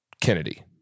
Kennedy